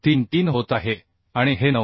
33 होत आहे आणि हे 9